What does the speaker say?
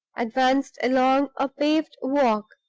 advanced along a paved walk,